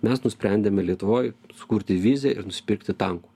mes nusprendėme lietuvoj sukurti viziją ir nusipirkti tankų